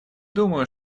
думаю